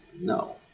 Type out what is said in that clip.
No